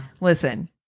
Listen